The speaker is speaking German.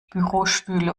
bürostühle